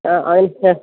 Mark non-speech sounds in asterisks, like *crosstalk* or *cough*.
ആ *unintelligible*